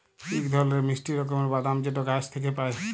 ইক ধরলের মিষ্টি রকমের বাদাম যেট গাহাচ থ্যাইকে পায়